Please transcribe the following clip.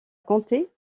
compté